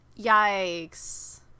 Yikes